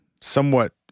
somewhat